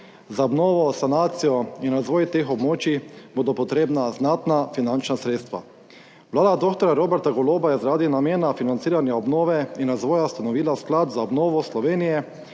Za obnovo, sanacijo in razvoj teh območij bodo potrebna znatna finančna sredstva. Vlada dr. Roberta Goloba je zaradi namena financiranja obnove in razvoja ustanovila Sklad za obnovo Slovenije,